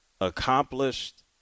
Accomplished